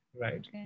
right